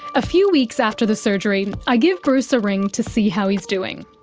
a few weeks after the surgery, i give bruce a ring to see how he's doing.